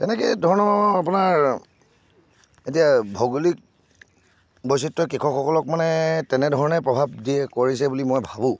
এনেকে ধৰণৰ আপোনাৰ এতিয়া ভৌগোলিক বৈচিত্ৰই কৃষকসকলক মানে তেনেধৰণে প্ৰভাৱ দিয়ে কৰিছে বুলি মই ভাবোঁ